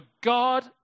God